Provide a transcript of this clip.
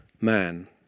man